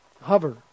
hover